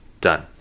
done